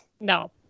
No